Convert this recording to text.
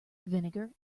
vinegar